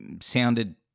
sounded